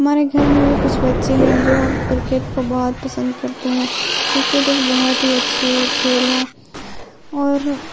ہمارے گھر میں بھی کچھ بچے ہیں جو کرکٹ کو بہت پسند کرتے ہیں کرکٹ ایک بہت ہی اچھی کھیل ہے اور